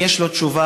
אם יש לו תשובה,